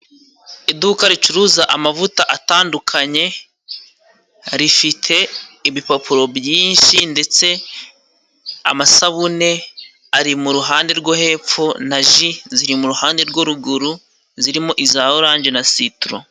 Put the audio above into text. Iduka ricuruza amavuta atandukanye rifite ibipapuro byinshi ndetse amasabune ari mu ruhande rwo hepfo naji ziri mu ruhande rwo ruguru zirimo iza oranje na sitoro.